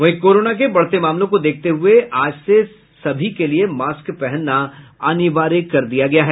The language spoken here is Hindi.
वहीं कोरोना के बढ़ते मामले को देखते हुये आज से सभी के लिए मास्क पहनना अनिवार्य कर दिया गया है